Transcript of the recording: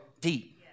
deep